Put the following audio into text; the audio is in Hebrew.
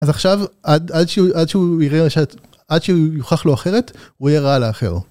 אז עכשיו עד שהוא יוכח לו אחרת, הוא יהיה רע לאחר.